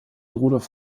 rudolf